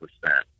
percent